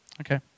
Okay